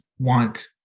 want